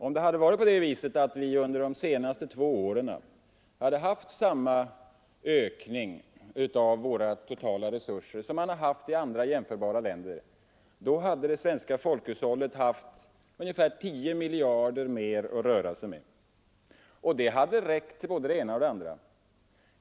Om vi under de senaste två åren hade haft samma tillväxt som i andra jämförbara länder, hade det svenska folkhushållet haft ungefär tio miljarder mer att röra sig med. Det hade räckt till både det ena och det andra.